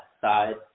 side